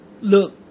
look